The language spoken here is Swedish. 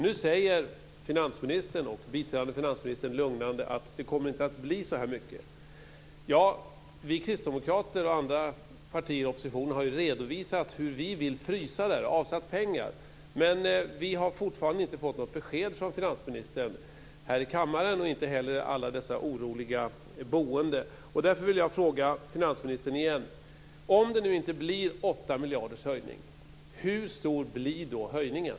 Nu säger finansministern och biträdande finansministern lugnande att det inte kommer att bli så här mycket. Vi kristdemokrater och andra partier i oppositionen har ju redovisat hur vi vill frysa det här och avsatt pengar till det. Men vi har fortfarande inte fått något besked från finansministern här i kammaren. Det har inte heller alla dessa oroliga boende. Därför vill jag fråga finansministern igen. Om det inte blir en höjning på 8 miljarder, hur stor blir då höjningen?